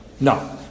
No